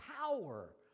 power